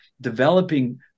developing